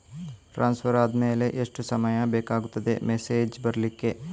Transfer ಆದ್ಮೇಲೆ ಎಷ್ಟು ಸಮಯ ಬೇಕಾಗುತ್ತದೆ ಮೆಸೇಜ್ ಬರ್ಲಿಕ್ಕೆ?